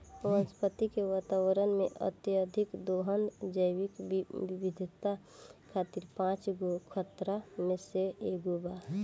वनस्पति के वातावरण में, अत्यधिक दोहन जैविक विविधता खातिर पांच गो खतरा में से एगो बा